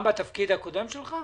גם בתפקיד הקודם שלך?